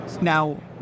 now